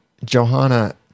Johanna